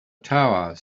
tower